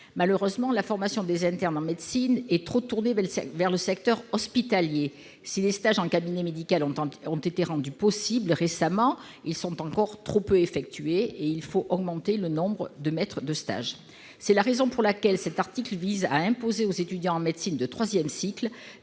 Malheureusement, la formation des internes en médecine est trop tournée vers le secteur hospitalier. Si les stages en cabinet médical ont été rendus possibles récemment, ils sont encore trop peu fréquents et il est nécessaire d'augmenter le nombre de maîtres de stage. C'est la raison pour laquelle cet amendement vise à imposer aux étudiants en médecine de troisième cycle